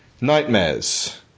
Nightmares